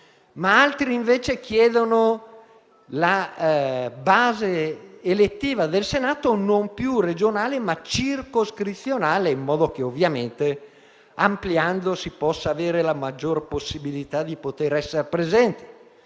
Altri chiedono una base elettiva del Senato non più regionale, ma circoscrizionale (in modo che, ampliando, si possa avere la maggior possibilità di essere presenti),